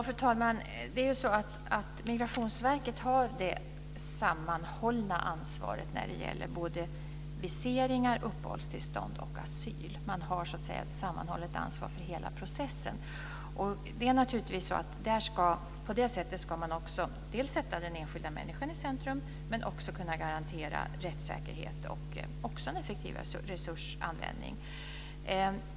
Fru talman! Migrationsverket har det sammanhållna ansvaret när det gäller både viseringar, uppehållstillstånd och asyl för hela processen. På det sättet ska man sätta den enskilda människan i centrum men också kunna garantera rättssäkerheten och en effektiv resursanvändning.